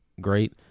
great